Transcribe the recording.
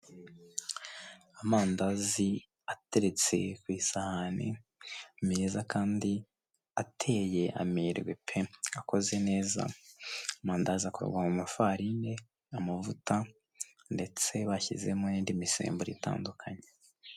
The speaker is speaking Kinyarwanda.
Amandazi ateretse ku isahani meza kandi ateye amerwe pe! Akoze neza, amandazi akorwa mu mafarine, amavuta ndetse bashyizemo n'indi misemburo itandukanye.